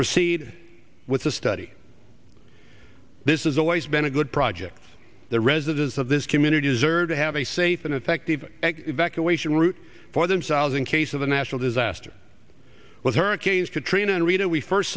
proceed with the study this is always been a good projects the residents of this community deserve to have a safe and effective evacuation route for themselves in case of a national disaster with hurricanes katrina and rita we first